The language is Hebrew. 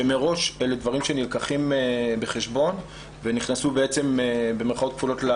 שמראש אלה דברים שנלקחים בחשבון ונכנסו לתקינה.